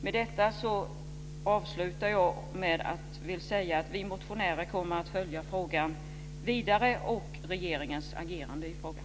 Jag vill till slut säga att vi motionärer också i fortsättningen kommer att följa denna fråga och regeringens behandling av den.